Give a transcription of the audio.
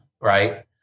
Right